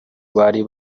bari